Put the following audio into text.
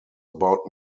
about